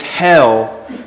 hell